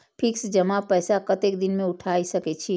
Fix जमा पैसा कतेक दिन में उठाई सके छी?